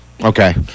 Okay